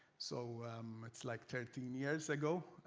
so it's like thirteen years ago.